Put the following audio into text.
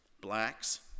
blacks